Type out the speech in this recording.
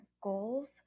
goals